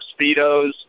Speedos